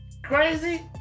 crazy